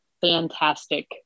fantastic